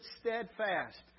steadfast